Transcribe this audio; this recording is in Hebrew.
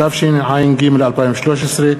התשע"ג 2013,